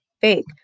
fake